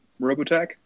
Robotech